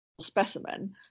specimen